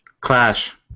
Clash